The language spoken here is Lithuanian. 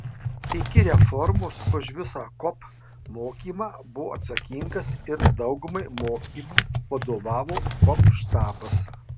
iki reformos už visą kop mokymą buvo atsakingas ir daugumai mokymų vadovavo kop štabas